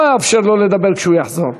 לא אאפשר לו לדבר כשהוא יחזור.